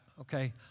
okay